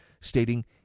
stating